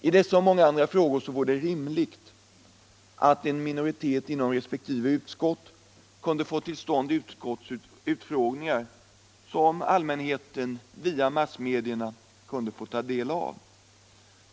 I dessa och många andra frågor vore det skäligt att en minoritet inom resp. utskott kunde få till stånd utfrågningar, som allmänheten via massmedierna kunde få del av.